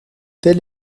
tel